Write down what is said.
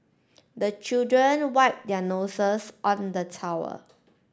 the children wipe their noses on the towel